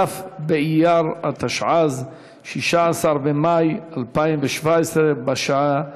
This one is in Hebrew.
כ' באייר התשע"ז, 16 במאי 2017, בשעה